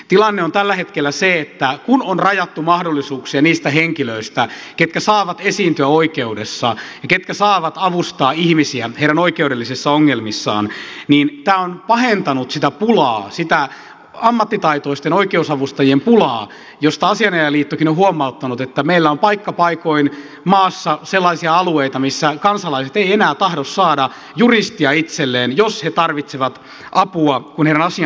tilanne on tällä hetkellä se että kun on rajattu mahdollisuuksia niistä henkilöistä ketkä saavat esiintyä oikeudessa ja ketkä saavat avustaa ihmisiä heidän oikeudellisissa ongelmissaan niin tämä on pahentanut sitä pulaa sitä ammattitaitoisten oikeusavustajien pulaa mistä asianajajaliittokin on huomauttanut että meillä on paikka paikoin maassa sellaisia alueita missä kansalaiset eivät enää tahdo saada juristia itselleen jos he tarvitsevat apua kun heidän asiansa on oikeudessa